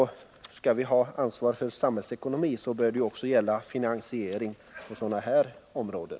Skall vi ha ansvar för samhällsekonomin bör det ju också gälla finansiering på sådana här områden.